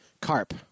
Carp